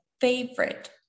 favorite